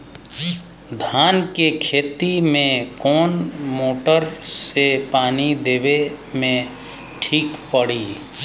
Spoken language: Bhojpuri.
धान के खेती मे कवन मोटर से पानी देवे मे ठीक पड़ी?